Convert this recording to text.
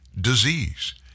disease